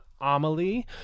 Amelie